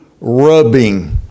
rubbing